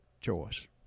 choice